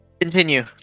continue